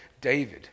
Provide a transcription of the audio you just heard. David